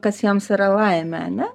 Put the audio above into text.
kas jiems yra laimė ane